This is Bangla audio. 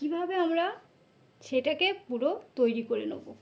কীভাবে আমরা সেটাকে পুরো তৈরি করে নেবো